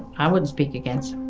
i wouldn't speak against